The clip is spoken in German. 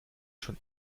schon